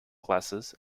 classes